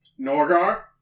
Norgar